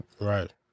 Right